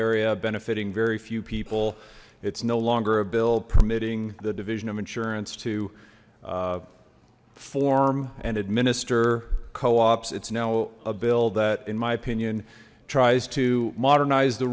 area benefitting very few people it's no longer a bill permitting the division of insurance to form and administer coops it's now a bill that in my opinion tries to modernize the